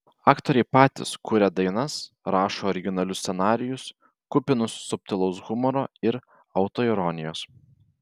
aktoriai patys kuria dainas rašo originalius scenarijus kupinus subtilaus humoro ir autoironijos